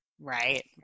Right